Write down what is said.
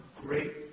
great